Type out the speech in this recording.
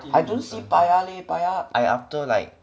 I don't see paya le~ paya I after like